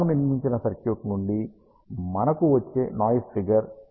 మనము నిర్మించిన సర్క్యూట్ నుండి మనకు వచ్చే నాయిస్ ఫిగర్ 7 dB